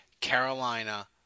Carolina